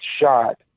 shot